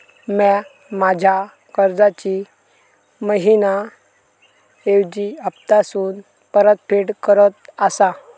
म्या माझ्या कर्जाची मैहिना ऐवजी हप्तासून परतफेड करत आसा